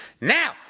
Now